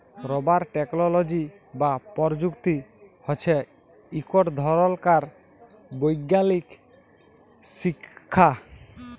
rubber technology বা পরযুক্তি হছে ইকট ধরলকার বৈগ্যালিক শিখ্খা